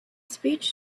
speech